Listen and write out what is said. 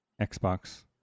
xbox